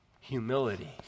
humility